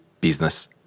business